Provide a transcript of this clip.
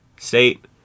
state